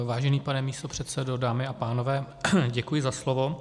Vážený pane místopředsedo, dámy a pánové, děkuji za slovo.